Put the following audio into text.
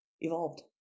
evolved